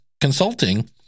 consulting